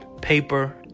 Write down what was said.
paper